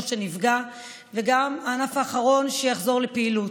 שנפגע וגם הענף האחרון שיחזור לפעילות.